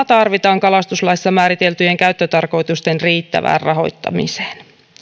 tarvitaan kalastuslaissa määriteltyjen käyttötarkoitusten riittävään rahoittamiseen